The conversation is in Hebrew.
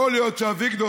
יכול להיות שאביגדור,